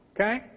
Okay